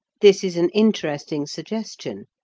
this is an interesting suggestion,